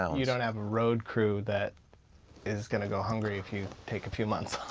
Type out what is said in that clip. and you don't have a road crew that is going to go hungry if you take a few months